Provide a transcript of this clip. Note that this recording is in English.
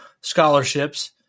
scholarships